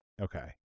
Okay